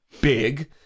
big